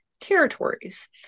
territories